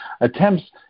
attempts